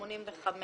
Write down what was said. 85,